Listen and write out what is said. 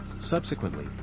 Subsequently